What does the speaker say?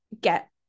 get